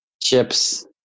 Chips